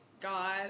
God